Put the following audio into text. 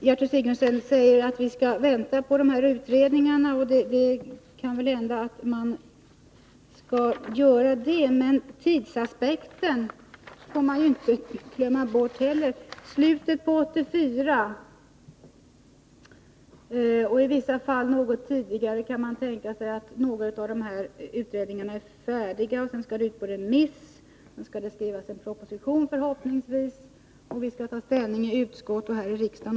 Herr talman! Gertrud Sigurdsen säger att vi skall vänta på de här utredningarna, och det kan väl hända att man skall göra det. Men tidsaspekten får man inte heller glömma bort. I slutet av 1984, i vissa fall något tidigare, kan man tänka sig att några av de här utredningarna är färdiga. Sedan skall de ut på remiss, det skall förhoppningsvis skrivas en proposition och vi skall ta ställning i utskott och här i kammaren.